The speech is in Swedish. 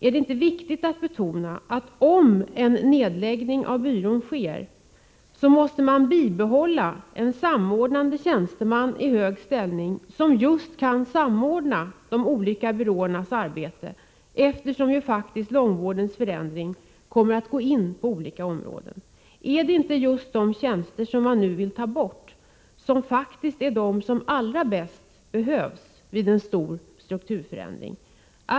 Är det inte viktigt att betona, att om en nedläggning av byrån sker, måste man bibehålla en samordnande tjänsteman i hög ställning som just kan samordna de olika byråernas arbeten, eftersom långvårdens förändring faktiskt kommer att gå in på olika områden? Är det inte just de tjänster som man nu vill ta bort som är de som allra bäst behövs vid en stor strukturförändring?